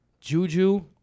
Juju